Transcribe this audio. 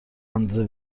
اندازه